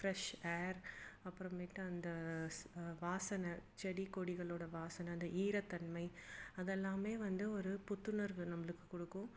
fresh air அப்புறமேட்டு அந்த ஸ் வாசனை செடி கொடிகளோட வாசனை அந்த ஈரத்தன்மை அதெல்லாமே வந்து ஒரு புத்துணர்வு நம்மளுக்கு கொடுக்கும்